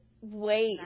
wait